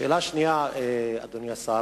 שאלה שנייה, אדוני השר,